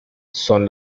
son